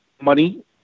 money